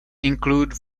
include